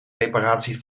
reparatie